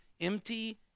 empty